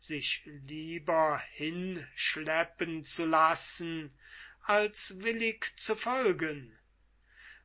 sich lieber hin schleppen zu lassen als willig zu folgen